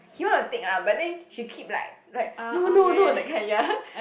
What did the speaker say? he want to take lah but then she keep like like no no no that kind ya